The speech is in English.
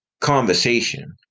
conversation